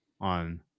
on